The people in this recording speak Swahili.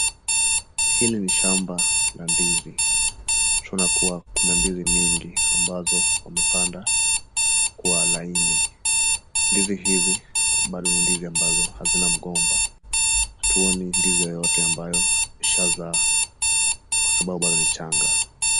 Hili ni shamba la ndizi, twaona kuwa kuna ndizi mingi ambazo wamepanda kwa laini. Ndizi hizi bado ni ndizi ambazo hazina mgomba hatuoni ndizi yoyote ambayo ishazaa kwa sababu bado ni changa.